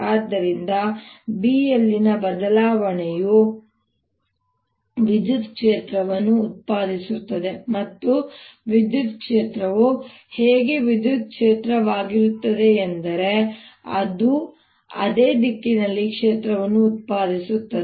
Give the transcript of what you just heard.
ಆದ್ದರಿಂದ B ಯಲ್ಲಿನ ಬದಲಾವಣೆಯು ವಿದ್ಯುತ್ ಕ್ಷೇತ್ರವನ್ನು ಉತ್ಪಾದಿಸುತ್ತದೆ ಮತ್ತು ವಿದ್ಯುತ್ ಕ್ಷೇತ್ರವು ಹೇಗೆ ವಿದ್ಯುತ್ ಕ್ಷೇತ್ರವಾಗಿರುತ್ತದೆ ಎಂದರೆ ಅದು ಅದೇ ದಿಕ್ಕಿನಲ್ಲಿ ಕ್ಷೇತ್ರವನ್ನು ಉತ್ಪಾದಿಸುತ್ತದೆ